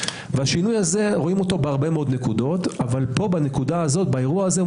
ואת השינוי הזה רואים בהרבה נקודות אבל באירוע הזה הוא